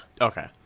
Okay